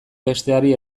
besteari